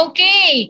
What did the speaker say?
Okay